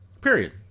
period